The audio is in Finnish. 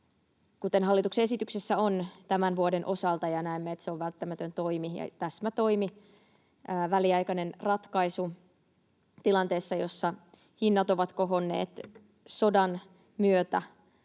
kuten hallituksen esityksessä on tämän vuoden osalta. Näemme, että se on välttämätön toimi, täsmätoimi, väliaikainen ratkaisu tilanteessa, jossa hinnat ovat kohonneet sodan myötä